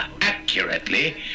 accurately